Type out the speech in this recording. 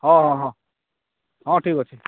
ହଁ ହଁ ହଁ ହଁ ଠିକ୍ ଅଛି